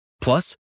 Plus